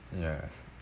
Yes